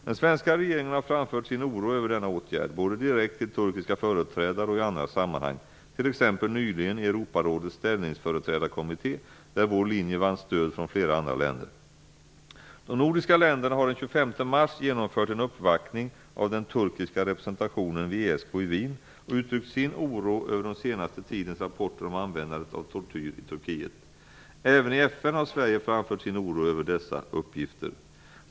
Den svenska regeringen har framfört sin oro över denna åtgärd, både direkt till turkiska företrädare och i andra sammanhang, t.ex. nyligen i Europarådets ställföreträdarkommitté där vår linje vann stöd från flera andra länder. De nordiska länderna genomförde den 25 mars en uppvaktning av den turkiska representationen vid ESK i Wien och uttryckte sin oro över den senaste tidens rapporter om användandet av tortyr i Turkiet. Även i FN har Sverige framfört sin oro över dessa uppgifter.